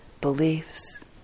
beliefs